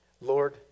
Lord